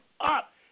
up